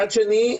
מצד שני,